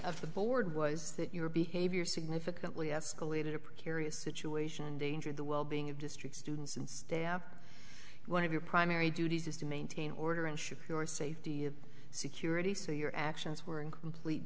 of the board was that your behavior significantly escalated a precarious situation danger the well being of district students and staff one of your primary duties is to maintain order and ship your safety and security so your actions were in complete